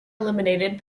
eliminated